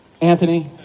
Anthony